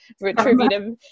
retributive